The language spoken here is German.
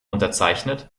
unterzeichnet